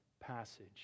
passage